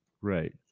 right